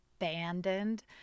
abandoned